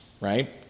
right